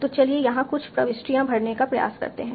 तो चलिए यहाँ कुछ प्रविष्टियाँ भरने का प्रयास करते हैं